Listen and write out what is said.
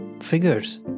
figures